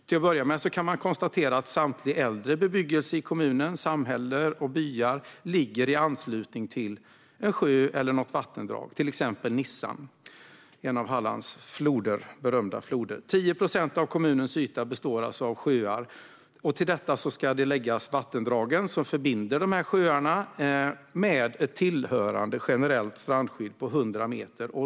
Till att börja med kan man konstatera att samtlig äldre bebyggelse i kommunen, i samhällen och byar, ligger i anslutning till en sjö eller något vattendrag, till exempel Nissan - en av Hallands berömda floder. 10 procent av kommunens yta består av sjöar, och till detta ska läggas de vattendrag som förbinder sjöarna med ett tillhörande generellt strandskydd på 100 meter.